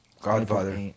Godfather